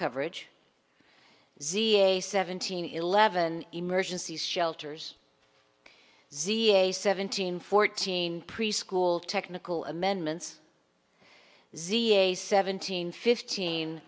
coverage z a seventeen eleven emergency shelters z a seventeen fourteen preschool technical amendments z a seventeen fifteen